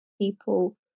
people